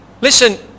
Listen